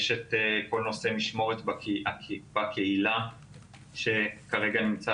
יש את כל נושא משמורת בקהילה שכרגע נמצא